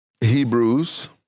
Hebrews